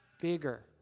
bigger